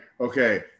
okay